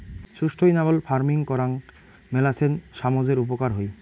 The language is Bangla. সুস্টাইনাবল ফার্মিং করাং মেলাছেন সামজের উপকার হই